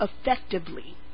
effectively